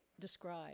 describe